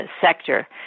sector